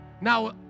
Now